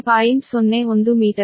01 metre